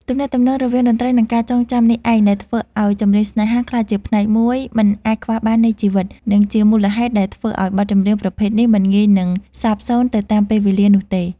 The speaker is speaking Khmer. ទំនាក់ទំនងរវាងតន្ត្រី និងការចងចាំនេះឯងដែលធ្វើឱ្យ ចម្រៀងស្នេហា ក្លាយជាផ្នែកមួយមិនអាចខ្វះបាននៃជីវិត និងជាមូលហេតុដែលធ្វើឱ្យបទចម្រៀងប្រភេទនេះមិនងាយនឹងសាបសូន្យទៅតាមពេលវេលានោះទេ។